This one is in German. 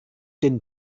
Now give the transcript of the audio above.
den